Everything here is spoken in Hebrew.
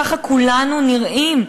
ככה כולנו נראים.